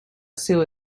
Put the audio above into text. sue